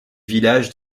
villages